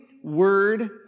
word